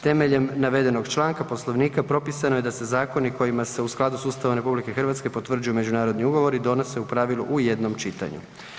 Temeljem navedenog članka Poslovnika, propisano je da se zakoni kojima se u skladu s Ustavom RH potvrđuju međunarodni ugovori, donose u pravilu u jednom čitanju.